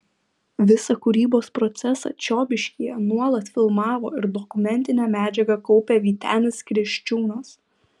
visą kūrybos procesą čiobiškyje nuolat filmavo ir dokumentinę medžiagą kaupė vytenis kriščiūnas